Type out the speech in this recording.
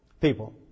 people